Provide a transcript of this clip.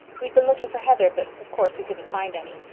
we've been looking for heather but, of course, we couldn't find any.